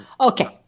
Okay